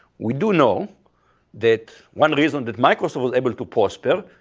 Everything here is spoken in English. we do know that one reason that microsoft was able to prosper,